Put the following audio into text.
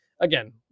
again